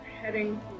heading